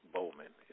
Bowman